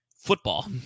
football